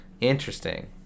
Interesting